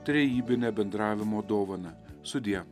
trejybinę bendravimo dovaną sudie